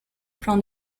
from